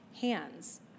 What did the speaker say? hands